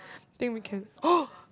think we can oh